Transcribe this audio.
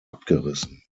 abgerissen